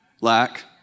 lack